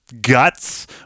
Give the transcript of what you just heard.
guts